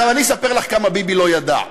עכשיו, אני אספר לך כמה ביבי לא ידע.